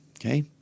okay